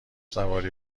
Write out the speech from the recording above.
سواری